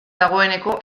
dagoeneko